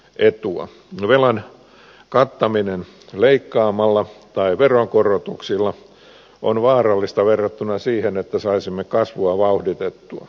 no velan kattaminen leikkaamalla tai veronkorotuksilla on vaarallista verrattuna siihen että saisimme kasvua vauhditettua